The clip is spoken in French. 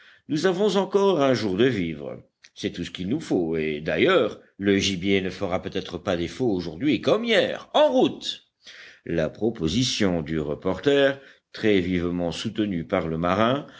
nous avons encore un jour de vivres c'est tout ce qu'il nous faut et d'ailleurs le gibier ne fera peut-être pas défaut aujourd'hui comme hier en route la proposition du reporter très vivement soutenue par le marin